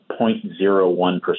0.01%